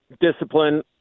Discipline